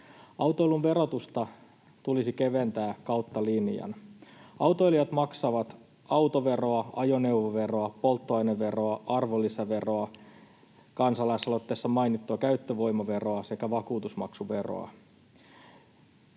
Autoilun verotusta tulisi keventää kautta linjan. Autoilijat maksavat autoveroa, ajoneuvoveroa, polttoaineveroa, arvonlisäveroa, kansalaisaloitteessa mainittua käyttövoimaveroa sekä vakuutusmaksuveroa.